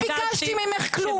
לא ביקשתי ממך כלום.